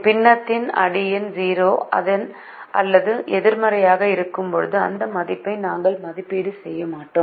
பின்னத்தின் அடியெண் 0 அல்லது எதிர்மறையானதாக இருக்கும்போது அந்த மதிப்பை நாங்கள் மதிப்பீடு செய்ய மாட்டோம்